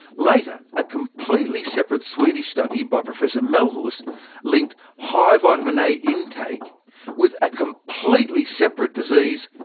later, a completely separate swedish study by professor melhus linked high vitamin a intake with a completely separate disease,